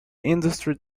industry